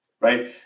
right